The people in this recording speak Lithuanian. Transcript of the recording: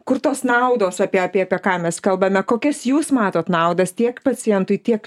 kur tos naudos apie apie apie ką mes kalbame kokias jūs matot naudas tiek pacientui tiek